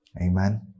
Amen